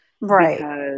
Right